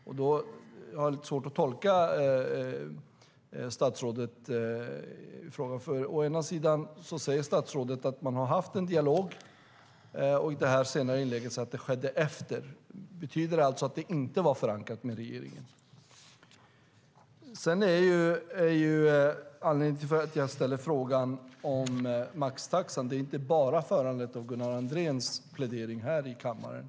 Jag har lite svårt att tolka statsrådet. Å ena sidan säger hon att man har haft en dialog, å andra sidan säger hon i det senare inlägget att det skedde efteråt. Betyder det alltså att det inte var förankrat hos regeringen? Anledningen till att jag ställer frågan om maxtaxan är inte bara Gunnar Andréns plädering här i kammaren.